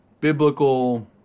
biblical